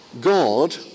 God